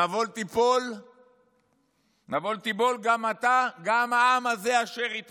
"נָבֹל תִּבֹּל גם אתה גם העם הזה אשר עִמָּך